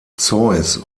zeus